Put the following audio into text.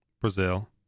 Brazil